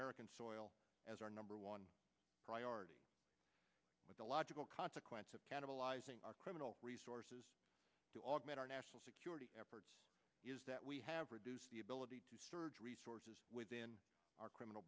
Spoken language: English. american soil as our number one priority with the logical consequence of cannibalizing our criminal resources to augment our national security efforts is that we have reduced the ability to surge resources within our criminal